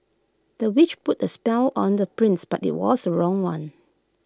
the witch put A spell on the prince but IT was the wrong one